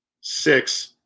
six